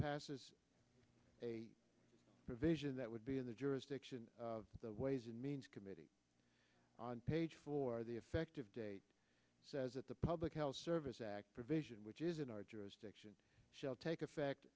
passes a provision that would be in the jurisdiction of the ways and means committee on page four the effective date says that the public health service act provision which is in our jurisdiction shall take effect